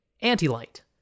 Anti-Light